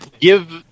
Give